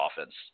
offense